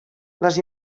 les